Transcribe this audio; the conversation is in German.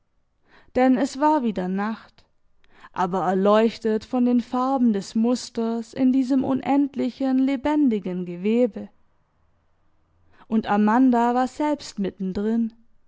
denn es war wieder nacht aber erleuchtet von den farben des musters in diesem unendlichen lebendigen gewebe und amanda war selbst